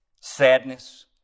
sadness